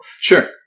Sure